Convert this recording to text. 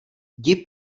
jdi